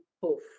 poof